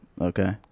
Okay